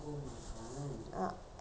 யாரு:yaaru suresh அண்ணா எல்லாரும:anna ellaruma